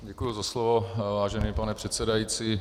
Děkuji za slovo, vážený pane předsedající.